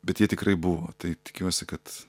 bet jie tikrai buvo tai tikiuosi kad